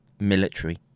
military